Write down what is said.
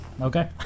Okay